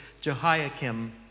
Jehoiakim